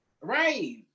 right